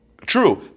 True